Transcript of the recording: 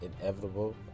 inevitable